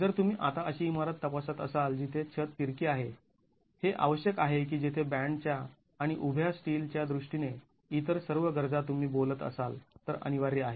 जर तुम्ही आता अशी इमारत तपासत असाल जिचे छत तिरके आहे हे आवश्यक आहे की जेथे बॅन्डच्या आणि उभ्या स्टील च्या दृष्टीने इतर सर्व गरजा तुम्ही बोलत असाल तर अनिवार्य आहेत